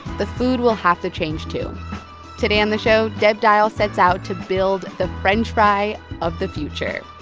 the food will have to change, too today on the show, deb dihel sets out to build the french fry of the future.